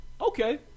okay